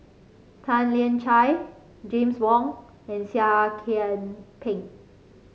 Tan Lian Chye James Wong and Seah Kian Peng